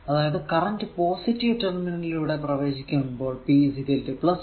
അതായതു current positive terminal ലൂടെ പ്രവേശിക്കുമ്പോൾ p vi